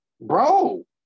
Bro